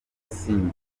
asimbuye